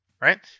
right